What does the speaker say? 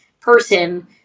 person